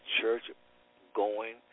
church-going